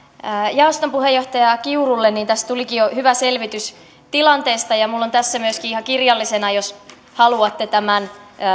jaoston puheenjohtaja kiurulle tässä tulikin jo hyvä selvitys tilanteesta ja minulla on tässä myöskin ihan kirjallisena jos haluatte